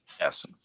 Yes